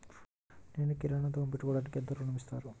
నేను కిరాణా దుకాణం పెట్టుకోడానికి ఎంత ఋణం ఇస్తారు?